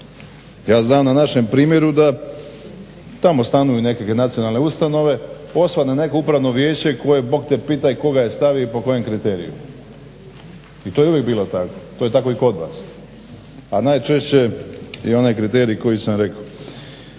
Ja znam na našem primjeru da tamo stanuju jeke nacionalne ustanove osvanu neko upravno vijeće koje bog te pitaj tko ga je stavio i po kojem kriteriju i to je uvijek bilo tako, to je tako i kod vas. A najčešće je onaj kriterij koji sam rekao.